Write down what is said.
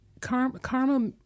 karma